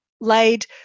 laid